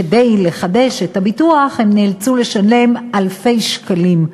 כדי לחדש את הביטוח הם נאלצו לשלם אלפי שקלים,